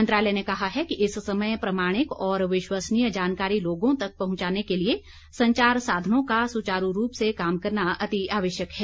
मंत्रालय ने कहा है कि इस समय प्रामाणिक और विश्वसनीय जानकारी लोगों तक पहुंचाने के लिए संचार साधनों का सुचारू रूप से काम करना अति आवश्यक है